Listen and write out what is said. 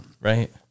Right